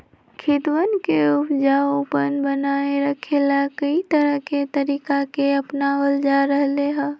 खेतवन के उपजाऊपन बनाए रखे ला, कई तरह के तरीका के अपनावल जा रहले है